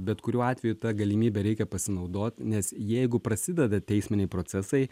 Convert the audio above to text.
bet kuriuo atveju ta galimybe reikia pasinaudot nes jeigu prasideda teisminiai procesai